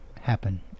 happen